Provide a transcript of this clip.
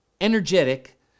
energetic